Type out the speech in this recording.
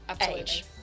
age